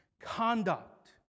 conduct